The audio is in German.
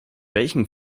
welchen